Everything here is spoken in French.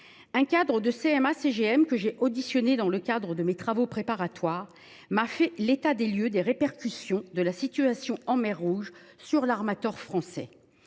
Un cadre de la CMA CGM, que j’ai entendu en audition dans le cadre de mes travaux préparatoires, m’a fait l’état des lieux des répercussions de la situation en mer Rouge sur l’armateur français.